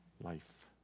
Life